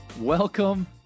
Welcome